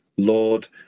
Lord